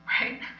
right